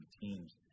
teams